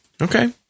okay